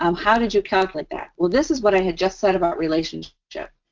um how did you calculate that well, this is what i had just said about relationships.